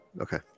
Okay